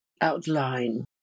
outline